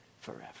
forever